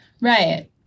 Right